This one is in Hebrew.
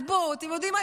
אז בואו, אתם יודעים מה?